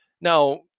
Now